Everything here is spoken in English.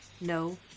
No